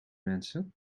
mensen